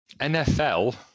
NFL